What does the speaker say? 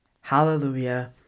hallelujah